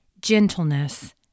gentleness